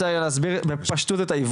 אבל אני רוצה להסביר בפשטות את העיוות.